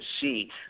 see